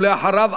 ואחריו,